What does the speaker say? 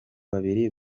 babiri